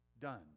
done